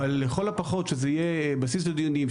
אבל לכל הפחות שזה יהיה בסיס לדיונים,